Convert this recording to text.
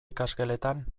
ikasgeletan